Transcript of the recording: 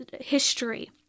history